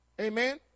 Amen